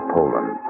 Poland